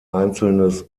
einzelnes